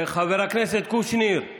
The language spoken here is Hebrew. חבר הכנסת קושניר.